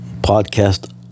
Podcast